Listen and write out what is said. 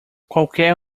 qualquer